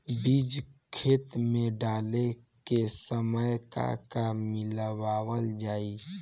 बीज खेत मे डाले के सामय का का मिलावल जाई?